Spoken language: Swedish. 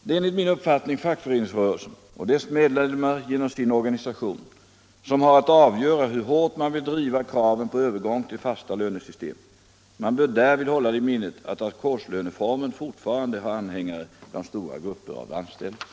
Det är enligt min uppfattning fackföreningsrörelsen och dess medlemmar genom sin organisation, som har att avgöra hur hårt man vill driva kraven på övergång till fasta lönesystem. Man bör därvid hålla i minnet att ackordslöneformen fortfarande har anhängare bland stora grupper av anställda.